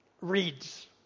reads